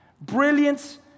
brilliance